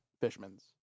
Fishman's